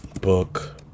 book